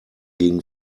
gegen